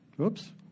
Oops